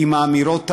עם האמירות האלה,